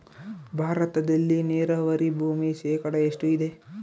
ಭಾರತದಲ್ಲಿ ನೇರಾವರಿ ಭೂಮಿ ಶೇಕಡ ಎಷ್ಟು ಇದೆ?